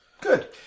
Good